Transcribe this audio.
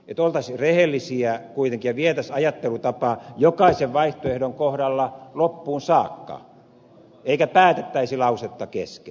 oltaisiin rehellisiä kuitenkin ja vietäisiin ajattelutapaa jokaisen vaihtoehdon kohdalla loppuun saakka eikä päätettäisi lausetta kesken